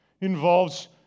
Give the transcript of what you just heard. involves